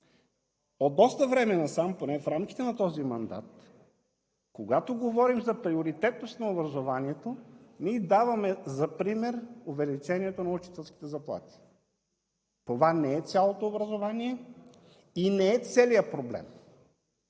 От доста време насам, поне в рамките на този мандат, когато говорим за приоритетност на образованието, ние даваме за пример увеличението на учителските заплати. Това не е цялото образование и не е целият проблем.